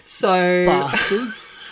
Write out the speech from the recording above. Bastards